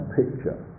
picture